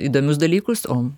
įdomius dalykus o